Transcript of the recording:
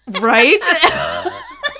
Right